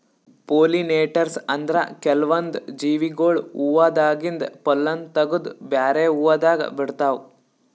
pollinators ಅಂದ್ರ ಕೆಲ್ವನ್ದ್ ಜೀವಿಗೊಳ್ ಹೂವಾದಾಗಿಂದ್ ಪೊಲ್ಲನ್ ತಗದು ಬ್ಯಾರೆ ಹೂವಾದಾಗ ಬಿಡ್ತಾವ್